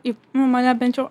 į nu mane bent jau